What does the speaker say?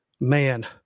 man